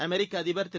அமெரிக்கஅதிபர்திரு